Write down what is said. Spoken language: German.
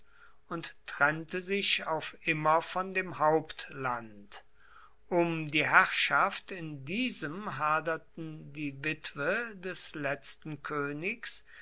und trennte sich auf immer von dem hauptland um die herrschaft in diesem haderten die witwe des letzten königs